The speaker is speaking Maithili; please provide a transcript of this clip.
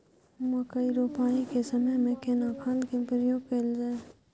मकई रोपाई के समय में केना खाद के प्रयोग कैल जाय?